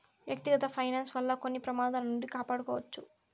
వ్యక్తిగత ఫైనాన్స్ వల్ల కొన్ని ప్రమాదాల నుండి కాపాడుకోవచ్చు